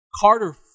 Carter